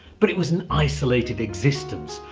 but it was an isolated existence,